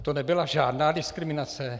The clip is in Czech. To nebyla žádná diskriminace?